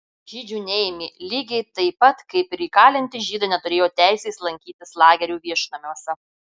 žydžių neėmė lygiai taip pat kaip ir įkalinti žydai neturėjo teisės lankytis lagerių viešnamiuose